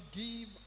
give